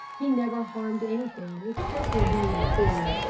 he never harmed anything except when he needed food.